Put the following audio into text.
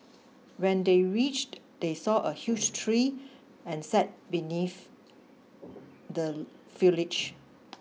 when they reached they saw a huge tree and sat beneath the foliage